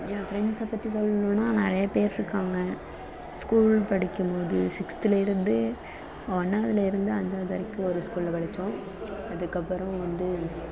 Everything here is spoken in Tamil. என் ஃப்ரெண்ட்ஸை பற்றி சொல்ணும்னா நிறைய பேர் இருக்காங்க ஸ்கூல் படிக்கும் போது சிக்ஸ்த்துலேருந்தே ஒன்னாவதுலேருந்து அஞ்சாவது வரைக்கும் ஒரு ஸ்கூலில் படித்தோம் அதுக்கப்புறம் வந்து